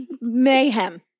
mayhem